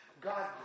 God